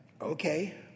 Okay